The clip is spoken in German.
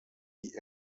die